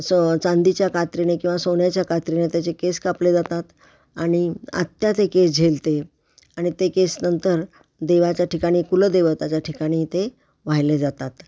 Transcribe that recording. so चांदीच्या कात्रीने किंवा सोन्याच्या कात्रीने त्याचे केस कापले जातात आणि आत्या ते केस झेलते आणि ते केस नंतर देवाच्या ठिकाणी कुलदेवताच्या ठिकाणी ते वाहिले जातात